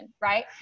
right